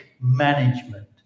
management